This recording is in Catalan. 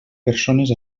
persones